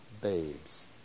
babes